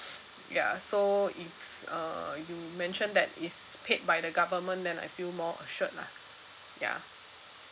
ya so if uh you mention that is paid by the government then I feel more assured lah ya